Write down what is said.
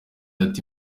ati